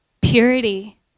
purity